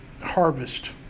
harvest